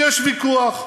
יש ויכוח,